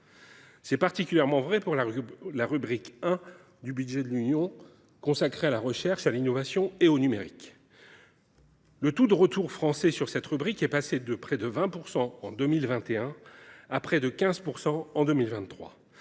C’est particulièrement vrai pour la rubrique 1 du budget de l’Union européenne, consacrée à la recherche, à l’innovation et au numérique. Le taux de retour français sur cette rubrique est passé de près de 20 % en 2021 à environ 15 % en 2023.